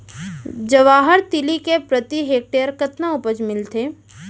जवाहर तिलि के प्रति हेक्टेयर कतना उपज मिलथे?